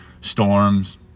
storms